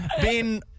Ben